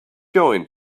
going